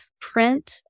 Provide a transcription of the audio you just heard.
print